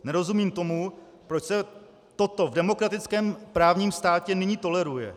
Nerozumím tomu, proč se toto de demokratickém právním státě nyní toleruje.